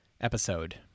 episode